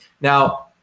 Now